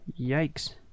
yikes